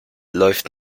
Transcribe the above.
läuft